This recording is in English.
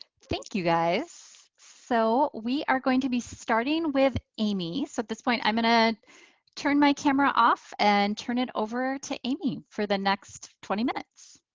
thank you guys. so we are going to be starting with amy. so at this point i'm gonna turn my camera off and turn it over to amy for the next twenty minutes.